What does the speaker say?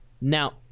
now